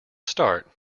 start